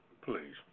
Please